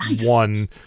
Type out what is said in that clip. one